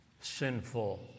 sinful